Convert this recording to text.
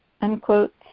unquote